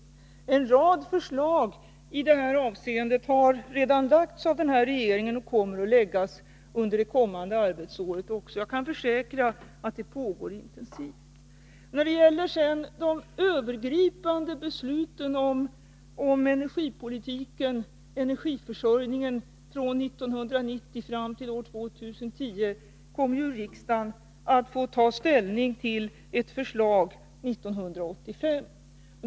En rad förslag i detta avseende har redan lagts fram av den sittande regeringen, och fler kommer att läggas fram under det kommande arbetsåret. Jag kan försäkra att arbetet härmed pågår intensivt. När det sedan gäller de övergripande besluten om energiförsörjningen från 1990 fram till år 2010 så kommer ju riksdagen att få ta ställning till ett förslag 1985.